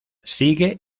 sigue